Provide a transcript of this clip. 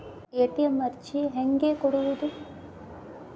ATM ಅರ್ಜಿ ಹೆಂಗೆ ಕೊಡುವುದು?